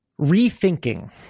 Rethinking